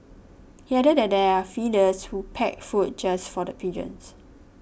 he added that there are feeders who pack food just for the pigeons